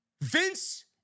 Vince